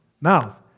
mouth